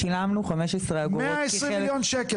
שילמנו 15 אגורות --- 120 מיליון שקלים,